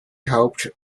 hoped